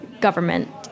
government